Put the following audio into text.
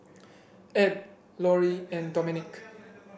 Ed Loree and Dominic